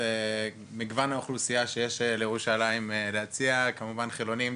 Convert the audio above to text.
מגוון האוכלוסייה שיש לירושלים להציע כמובן חילונים,